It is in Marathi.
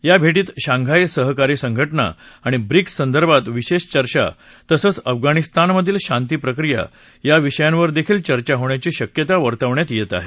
या भेटीत शंघाई सहकारी संघटना आणि ब्रिक्स संदर्भात विशेष चर्चा तसंच अफगाणिस्तानमधली शांतीप्रक्रिया या विषयांवर देखील चर्चा होण्याची शक्यता वर्तवण्यात येत आहे